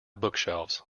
bookshelves